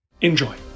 Enjoy